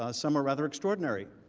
ah some are rather extraordinary.